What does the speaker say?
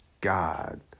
God